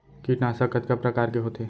कीटनाशक कतका प्रकार के होथे?